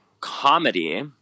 comedy